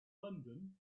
london